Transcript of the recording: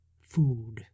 food